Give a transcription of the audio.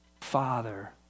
Father